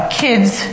kids